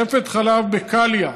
רפת חלב בקליה,